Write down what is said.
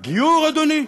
הגיור, אדוני,